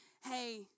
hey